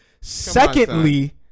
Secondly